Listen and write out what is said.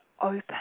open